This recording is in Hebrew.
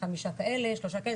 חמישה כאלה שלושה כאלה.